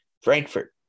Frankfurt